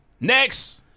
Next